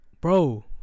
Bro